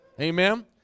Amen